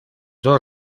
dos